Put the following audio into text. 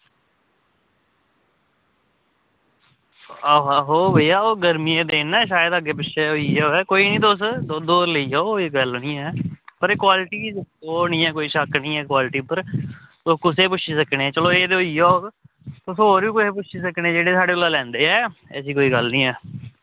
आहो आहो भैया ओह् गरमियें दे दिन न शायद अग्गें पिच्छें होई गेआ होऐ ते कोई निं तुस दुद्ध होर लेई जाओ कोई गल्ल निं ऐ पर एह् क्वालिटी ओह् निं ऐ कोई शक्क निं ऐ क्वालिटी उप्पर तुस कुसै बी पुच्छी सकने चलो एह् ते होई गेआ तुस कुसै होर बी कुसै पुच्छी सकने जेह्ड़े साढ़े कोला लैंदे ऐ ऐसी कोई गल्ल निं ऐ